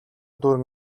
дүүрэн